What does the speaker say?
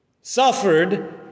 suffered